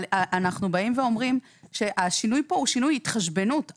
אבל אנחנו באים ואומרים שהשינוי פה הוא שינוי התחשבנות.